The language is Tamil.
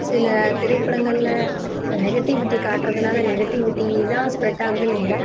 சில திரைப்படங்களில் நெகட்டிவிட்டி காட்டுறதனால நெகட்டிவிட்டி தான் ஸ்ப்ரெட் ஆகுதுன்னு இல்லை